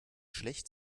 schlecht